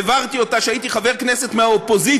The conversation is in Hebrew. העברתי אותה כשהייתי חבר כנסת מהאופוזיציה.